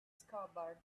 scabbard